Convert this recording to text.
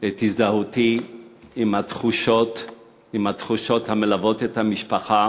את הזדהותי עם התחושות המלוות את המשפחה